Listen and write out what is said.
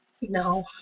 No